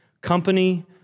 company